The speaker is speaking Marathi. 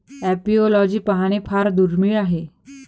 एपिओलॉजी पाहणे फार दुर्मिळ आहे